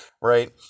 right